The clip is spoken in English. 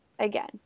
again